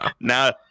Now